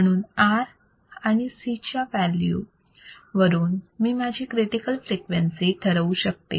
म्हणून R आणि C च्या व्हॅल्यू वरून मी माझी क्रिटिकल फ्रिक्वेन्सी ठरवू शकते